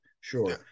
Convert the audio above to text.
sure